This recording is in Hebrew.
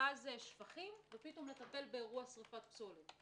רכז שפכים, ופתאום לטפל באירוע שריפת פסולת.